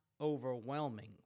overwhelming